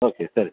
okay ಸರಿ